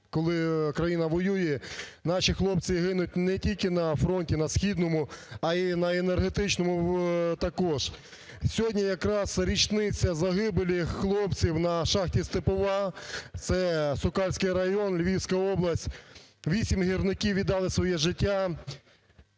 коли країна воює, наші хлопці гинуть не тільки на фронті, на східному, а й на енергетичному також. Сьогодні якраз річниця загибелі хлопців на шахті "Степова". Це Сокальський район Львівська область, 8 гірників віддали своє життя.